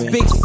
Big